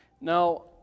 Now